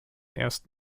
erst